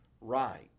right